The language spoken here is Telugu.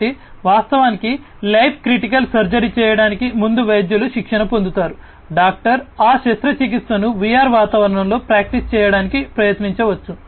కాబట్టి వాస్తవానికి లైఫ్ క్రిటికల్ సర్జరీ చేయడానికి ముందు వైద్యులు శిక్షణ పొందుతారు డాక్టర్ ఆ శస్త్రచికిత్సను VR వాతావరణంలో ప్రాక్టీస్ చేయడానికి ప్రయత్నించవచ్చు